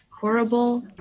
horrible